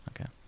Okay